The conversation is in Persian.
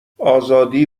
آزادی